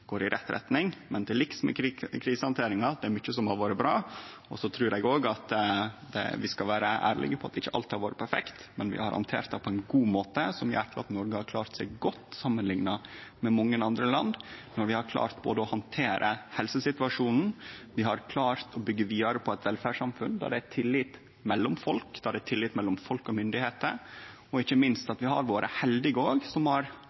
går i rett retning. Men til liks med krisehandteringa: Det er mykje som har vore bra, og så trur eg òg vi skal vere ærlege på at ikkje alt har vore perfekt. Men vi har handtert det på ein god måte, som gjer at Noreg har klart seg godt samanlikna med mange andre land, når vi både har klart å handtere helsesituasjonen og klart å byggje vidare på eit velferdssamfunn der det er tillit mellom folk, der det er tillit mellom folk og myndigheiter. Ikkje minst har vi vore heldige som er eit råvareproduserande land, der vi har